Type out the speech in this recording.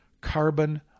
carbon